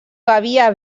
bevia